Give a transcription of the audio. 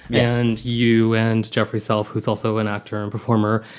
and you and jeffrey self, who's also an actor and performer,